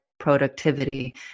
productivity